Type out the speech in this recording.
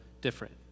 different